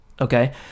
okay